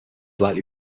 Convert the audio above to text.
likely